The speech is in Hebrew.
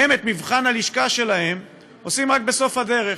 ואת מבחן הלשכה שלהם עושים רק בסוף הדרך.